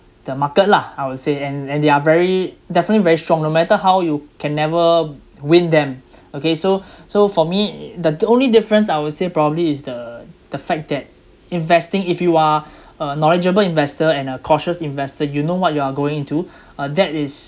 the market lah I would say and and they are very definitely very strong no matter how you can never win them okay so so for me the only difference I would say probably is the the fact that investing if you are a knowledgeable investor and a cautious investor you know what you're going into uh that is